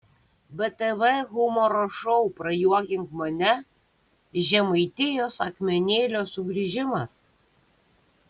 btv humoro šou prajuokink mane žemaitijos akmenėlio sugrįžimas